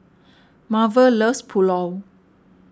Marvel loves Pulao